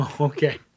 Okay